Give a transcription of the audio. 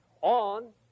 on